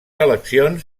eleccions